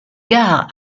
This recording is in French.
gare